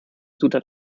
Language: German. zutat